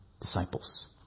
disciples